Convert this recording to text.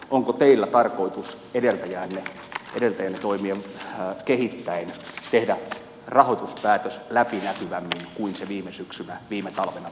onko teillä tarkoitus edeltäjänne toimia kehittäen tehdä rahoituspäätös läpinäkyvämmin kuin se viime syksynä viime talvena tapahtui